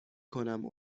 کنم